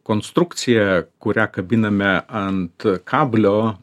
konstrukcija kurią kabiname ant kablio